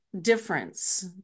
difference